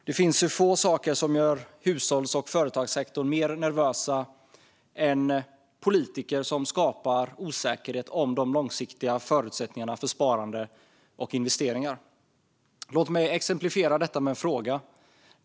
Det finns få saker som gör hushålls och företagssektorerna mer nervösa än politiker som skapar osäkerhet om de långsiktiga förutsättningarna för sparande och investeringar. Låt mig exemplifiera detta med en fråga!